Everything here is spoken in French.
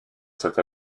cette